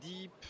deep